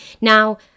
Now